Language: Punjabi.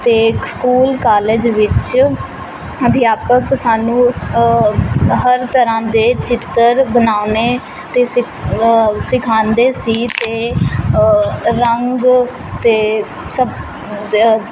ਅਤੇ ਸਕੂਲ ਕਾਲਜ ਵਿੱਚ ਅਧਿਆਪਕ ਸਾਨੂੰ ਹਰ ਤਰ੍ਹਾਂ ਦੇ ਚਿੱਤਰ ਬਣਾਉਣੇ ਅਤੇ ਸਿਖ ਸਿਖਾਉਂਦੇ ਸੀ ਅਤੇ ਰੰਗ ਤਾਂ ਸਭ ਦੇ